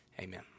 Amen